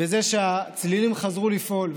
בזה שהצלילים חזרו לפעול,